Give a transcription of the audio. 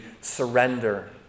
surrender